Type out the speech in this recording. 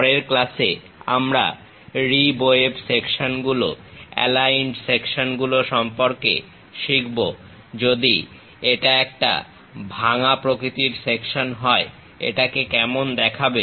পরের ক্লাসে আমরা রিব ওয়েব সেকশনগুলো অ্যালাইন্ড সেকশনগুলো সম্পর্কে শিখব যদি এটা একটা ভাঙ্গা প্রকৃতির সেকশন হয় এটাকে কেমন দেখাবে